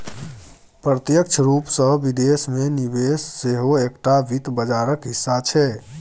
प्रत्यक्ष रूपसँ विदेश मे निवेश सेहो एकटा वित्त बाजारक हिस्सा छै